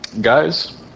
Guys